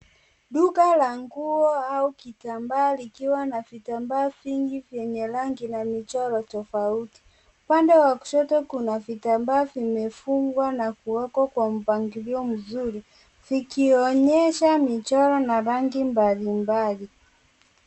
Duka la nguo au kitambaa likiwa na vitambaa vingi vyenye rangi na michoro tofauti. Upande wa kushoto kuna vitamba vimefungwa na kuwekwa kwa mpangilio mzuri vikionyesha michoro na rangi mbalimbali.